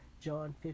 John